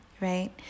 right